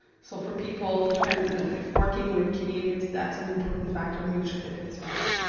so for people working with canadians, that's an important factor. make sure that that its valid.